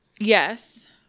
Yes